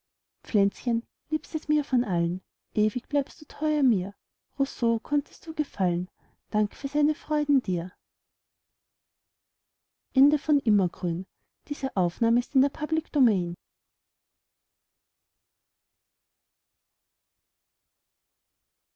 pflänzchen liebstes mir von allen ewig bleibst du teuer mir rousseau konntest du gefallen dank für seine freuden dir